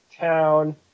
town